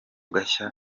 gashya